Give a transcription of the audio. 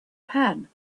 pan